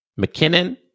McKinnon